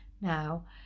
now